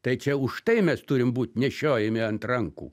tai čia už tai mes turim būt nešiojami ant rankų